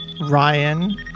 ryan